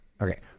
okay